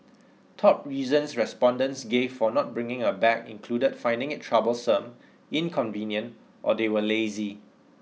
top reasons respondents gave for not bringing a bag included finding it troublesome inconvenient or they were lazy